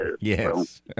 Yes